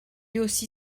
aussi